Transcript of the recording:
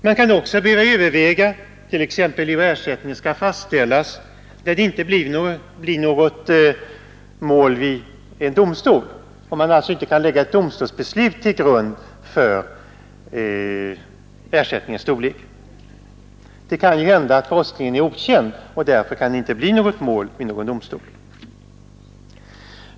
Man kan också behöva överväga t.ex. hur ersättningen skall fastställas, när det inte blir något mål vid domstol och man alltså inte kan lägga ett domstolsbeslut till grund för ersättningens storlek. Det kan hända att brottslingen är okänd och att det därför inte kan bli något mål vid domstol.